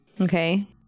Okay